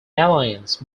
alliance